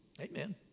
Amen